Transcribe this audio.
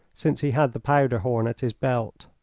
since he had the powder-horn at his belt.